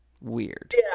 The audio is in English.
weird